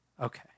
okay